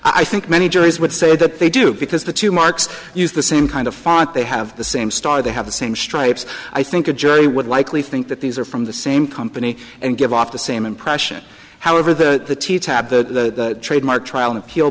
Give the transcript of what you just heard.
i think many juries would say that they do because the two marks used the same kind of font they have the same star they have the same stripes i think a jury would likely think that these are from the same company and give off the same impression however the teachers have the trademark trial an appeal